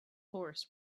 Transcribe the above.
horse